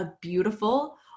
beautiful